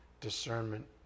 discernment